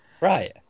Right